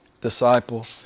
disciple